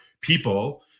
people